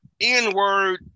N-word